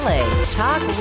Talk